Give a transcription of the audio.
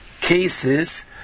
cases